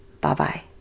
Bye-bye